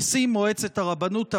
נשיא מועצת הרבנות הראשית,